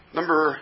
Number